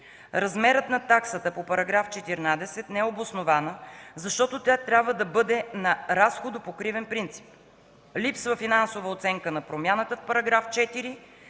размерът на таксата по § 14 не е обоснована, защото тя трябва да бъде на разходопокривен принцип; липсва финансова оценка на промяната в § 4